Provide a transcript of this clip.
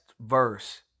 verse